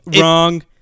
wrong